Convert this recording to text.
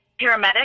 paramedic